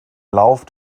lauf